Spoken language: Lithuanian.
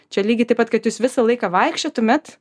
čia lygiai taip pat kad jūs visą laiką vaikščiotumėt